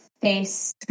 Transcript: face